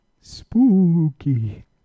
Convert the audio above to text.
Spooky